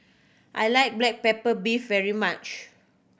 I like black pepper beef very much